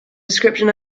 description